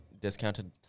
Discounted